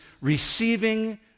receiving